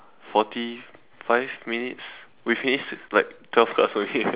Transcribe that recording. forty five minutes we finished like twelve cards only eh